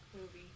movie